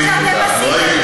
אני, תודה.